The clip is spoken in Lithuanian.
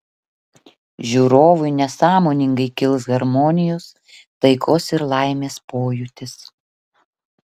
žiūrovui nesąmoningai kils harmonijos taikos ir laimės pojūtis